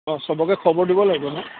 অঁ চবকে খবৰ দিব লাগিব ন